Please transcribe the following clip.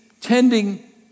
tending